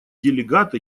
делегаты